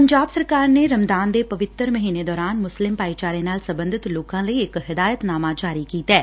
ਪੰਜਾਬ ਸਰਕਾਰ ਨੇ ਰਮਦਾਨ ਦੇ ਪਵਿੱਤਰ ਮਹੀਨੇ ਦੌਰਾਨ ਮੁਸਲਿਮ ਭਾਈਚਾਰੇ ਨਾਲ ਸਬੰਧਤ ਲੋਕਾਂ ਲਈ ਇਕ ਹਿਦਾਇਤਨਾਮਾ ਜਾਰੀ ਕੀਤੈ